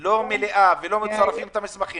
לא שמעתי מה שהוא אמר.